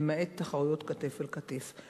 למעט תחרויות כתף אל כתף.